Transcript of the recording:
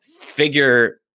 figure